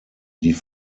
die